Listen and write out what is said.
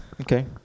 Okay